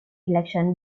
election